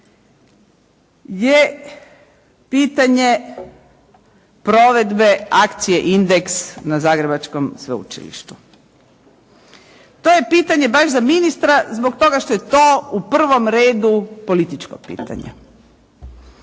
je pitanje provedbe akcije „Indeks“ na zagrebačkom sveučilištu. To je pitanje baš za ministra zbog toga što je to u prvom redu političko pitanje.